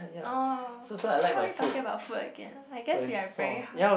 oh why we talking about food again I guess we are very hung~